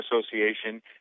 Association